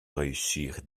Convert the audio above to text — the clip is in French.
réussir